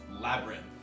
labyrinth